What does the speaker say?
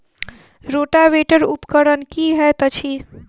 Rotavator उपकरण की हएत अछि?